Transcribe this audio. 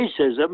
racism